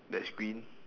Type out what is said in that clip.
there's green